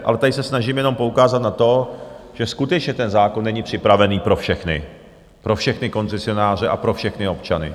Ale tady se snažím jenom poukázat na to, že skutečně ten zákon není připravený pro všechny, pro všechny koncesionáře a pro všechny občany.